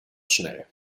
schnell